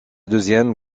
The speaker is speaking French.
deuxième